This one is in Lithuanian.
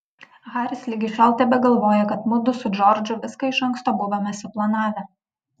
haris ligi šiol tebegalvoja kad mudu su džordžu viską iš anksto buvome suplanavę